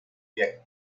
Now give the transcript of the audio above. viaje